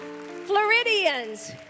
floridians